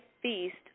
feast